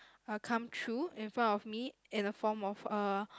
uh come true in front of me in a form of uh